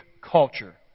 culture